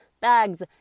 bags